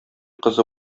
кызы